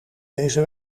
deze